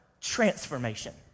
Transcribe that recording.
transformation